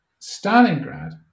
Stalingrad